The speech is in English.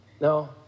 No